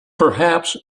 perhaps